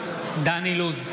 אילוז,